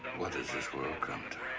what has this world come to?